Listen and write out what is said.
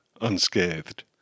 unscathed